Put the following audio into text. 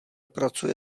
pracuje